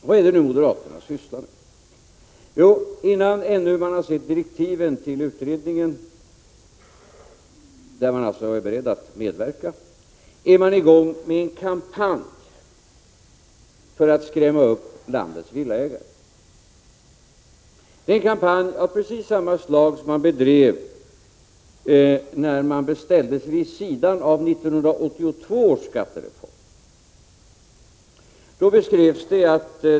Vad är det nu moderaterna sysslar med? Jo, innan man ännu har sett direktiven till utredningen, där man alltså är beredd att medverka, är man i gång med en kampanj för att skrämma upp landets villaägare. Det är en kampanj av precis samma slag som den man bedrev när man ställdes vid sidan av 1982 års skattereform.